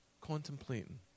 contemplating